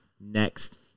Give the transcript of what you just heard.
next